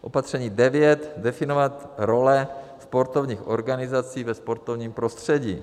Opatření devět definovat role sportovních organizací ve sportovním prostředí.